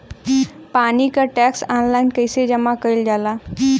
पानी क tax online कईसे जमा कईल जाला?